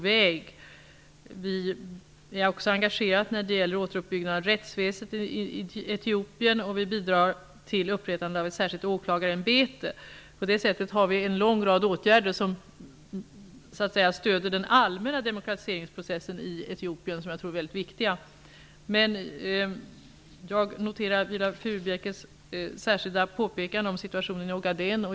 Vi är också engagerade i återuppbyggnaden av rättsväsendet i Etiopien, och vi bidrar till ett särskilt upprättande av ett åklagarämbete. På det sättet har en lång rad åtgärder vidtagits för att stödja den allmänna demokratiseringsprocessen i Etiopien. De är viktiga. Jag noterar Viola Furubjelkes särskilda påpekande om situationen i Ogaden.